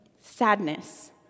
sadness